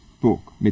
book